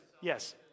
yes